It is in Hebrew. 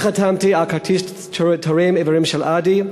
אני חתמתי על כרטיס תורם איברים של "אדי",